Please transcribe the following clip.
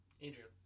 Adrian